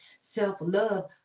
self-love